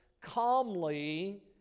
calmly